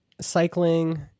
Cycling